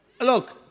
Look